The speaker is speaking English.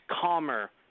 calmer